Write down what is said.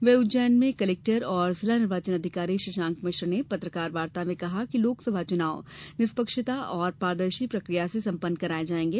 वहीं उज्जैन में कलेक्टर और जिला निर्वाचन अधिकारी शशांक मिश्र ने पत्रकार वार्ता में कहा कि लोकसभा चुनाव निष्पक्षता और पारदर्शी प्रकिया से संपन्न कराये जायेंगे